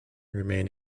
remain